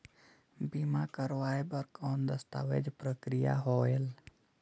बीमा करवाय बार कौन दस्तावेज प्रक्रिया होएल?